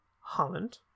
Holland